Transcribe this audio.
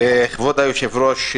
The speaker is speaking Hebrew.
כבוד היושב-ראש,